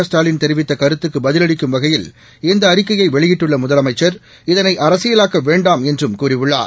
ஸ்டாலின் தெரிவித்த கருத்துக்கு பதிலளிக்கும் வகையில் இந்த அறிக்கையை வெளியிட்டுள்ள முதலமைச்சர் இதனை அரசியலாக்க வேண்டாம் என்றும் கூறியுள்ளார்